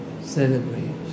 celebrate